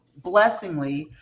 blessingly